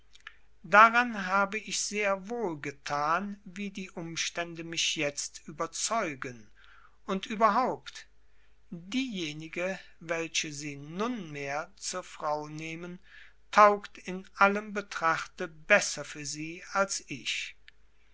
daran habe ich sehr wohl getan wie die umstände mich jetzt überzeugen und überhaupt diejenige welche sie nunmehr zur frau nehmen taugt in allem betrachte besser für sie als ich